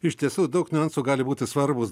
iš tiesų daug niuansų gali būti svarbūs